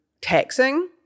taxing